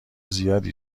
زیادی